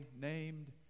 named